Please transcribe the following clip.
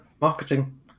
marketing